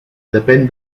depèn